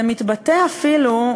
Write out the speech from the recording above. זה מתבטא אפילו,